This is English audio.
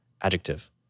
adjective